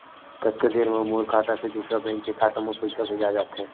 कतका देर मा मोर खाता से दूसरा बैंक के खाता मा पईसा भेजा जाथे?